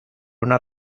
una